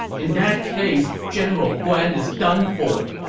in that case, general guan is done for!